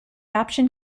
option